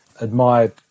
admired